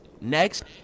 Next